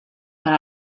per